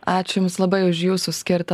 ačiū jums labai už jūsų skirtą